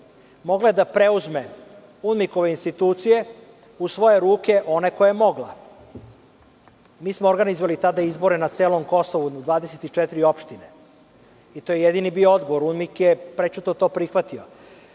Mogla je da preuzme UNMIK institucije u svoje ruke, one koje je mogla. Mi smo organizovali tada izbore na celom Kosovu u 24 opštine i to je bilo jedini odgovor. UNMIK je prećutno to prihvatio.